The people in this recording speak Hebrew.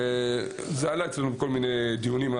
זה עלה אצלנו בכל מיני דיונים,